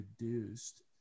reduced